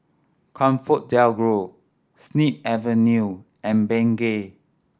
ComfortDelGro Snip Avenue and Bengay